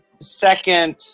second